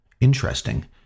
Interesting